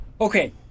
Okay